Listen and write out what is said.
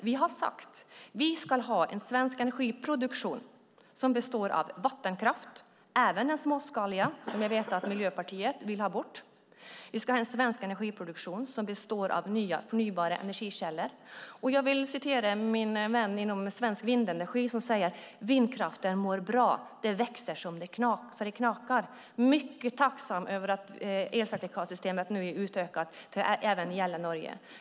Vi har sagt att vi ska ha en svensk energiproduktion som består av vattenkraft, även den småskaliga, som jag vet att Miljöpartiet vill ha bort, och förnybara energikällor. Jag vill citera min vän inom Svensk Vindenergi, som säger: Vindkraften mår bra. Den växer så det knakar. Jag är mycket tacksam över att elcertifikatssystemet nu har utökats till att även gälla Norge.